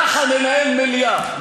ככה ננהל מליאה.